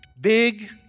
big